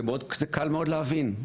קל מאוד להבין,